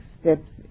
steps